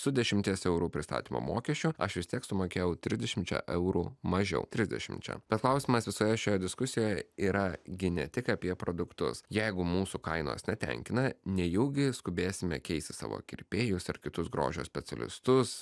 su dešimties eurų pristatymo mokesčiu aš vis tiek sumokėjau tridešimčia eurų mažiau trisdešimčia bet klausimas visoje šioje diskusijoje yra gi ne tik apie produktus jeigu mūsų kainos netenkina nejaugi skubėsime keisti savo kirpėjus ar kitus grožio specialistus